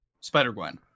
Spider-Gwen